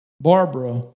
Barbara